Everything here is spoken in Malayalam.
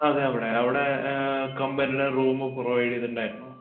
അതെ അവിടെ അവിടെ കമ്പനിടെ റൂമ് പ്രൊവൈഡ് ചെയ്തിട്ടുണ്ടായിരുന്നു